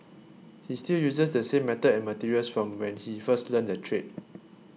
he still uses the same method and materials from when he first learnt the trade